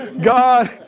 God